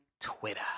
Twitter